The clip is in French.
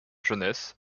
jeunesse